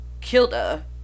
Kilda